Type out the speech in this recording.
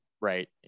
right